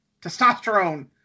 Testosterone